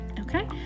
Okay